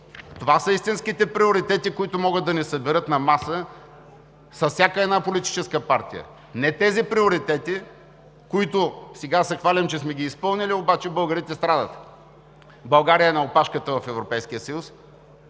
Това са истинските приоритети, които могат да ни съберат на маса с всяка политическа партия, а не тези приоритети, които сега се хвалим, че сме изпълнили, обаче българите страдат, България е на опашката в Европейския съюз!